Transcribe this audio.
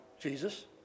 Jesus